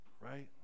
right